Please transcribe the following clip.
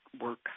work